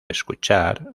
escuchar